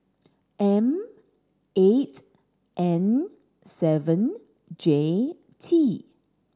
M eight N seven J T